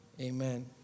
Amen